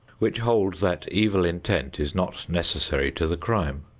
which hold that evil intent is not necessary to the crime.